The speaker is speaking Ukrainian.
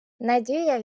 надія